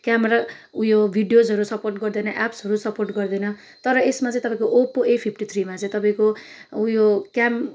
camera उयो भिडियोजहरू support गर्दैन एप्सहरू सपोर्ट गर्दैन तर यसमा चाहिँ तपाईँको ओप्पो ए फिफ्टी थ्रीमा चाहिँ तपाईँको उयो क्याम्